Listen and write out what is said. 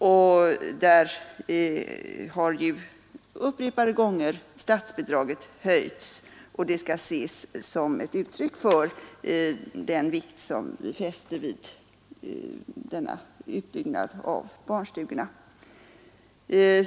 Statsbidraget har ju höjts upprepade gånger, och det skall ses som ett uttryck för den vikt som vi fäster vid utbyggnaden av barnstugorna.